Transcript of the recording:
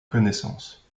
connaissance